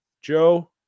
Joe